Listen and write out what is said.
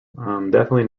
definitely